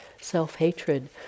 self-hatred